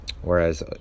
Whereas